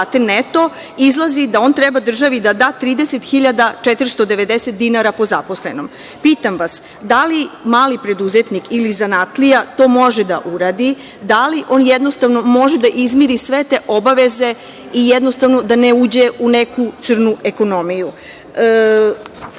izlazi da on treba državi da da 30.490 dinara po zaposlenom. Pitam vas, da li mali preduzetnik ili zanatlija to može da uradi? Da li on jednostavno može da izmiri sve te obaveze i jednostavno da ne uđe u neku crnu ekonomiju? Pitam,